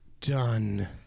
done